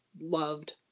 loved